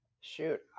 Shoot